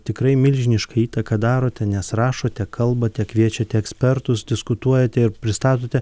tikrai milžinišką įtaką darote nes rašote kalbate kviečiate ekspertus diskutuojate ir pristatote